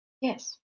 Yes